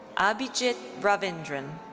abhiji ravindran.